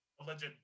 alleged